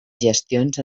gestions